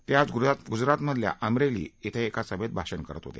ते आज गुजरातमधल्या अमरेली डें एका सभेत भाषण करत होते